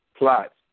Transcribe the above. plots